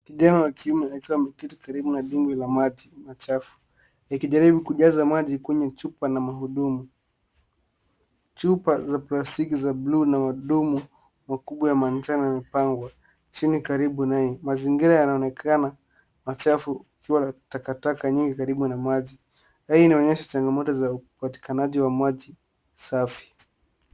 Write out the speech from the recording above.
Kijana wa kiume akiwa ameketi karibu na dimbwi la maji machafu, akijaribu kujaza maji kwenye chupa na mahudumu. Chupa za plastiki za blue na mahudumu makubwa ya manjano yamepangwa chini karibu naye. Mazingira yanaonekana machafu yakiwa na takataka nyingi karibu na maji. Hii inaonyesha changamoto za upatikanaji wa maji safi.